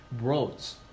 Roads